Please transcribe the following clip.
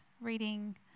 reading